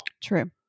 True